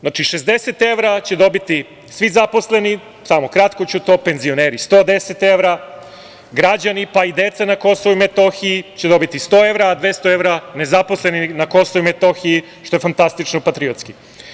Znači, 60 evra će dobiti svi zaposleni, samo kratko ću to, penzioneri 110 evra, građani pa i deca na KiM će dobiti 100 evra, a 200 evra nezaposleni na KiM, što je fantastično patriotski.